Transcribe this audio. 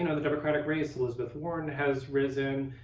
you know the democratic race, elizabeth warren has risen,